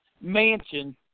Mansion